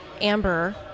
Amber